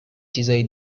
چیزای